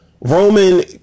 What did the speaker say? Roman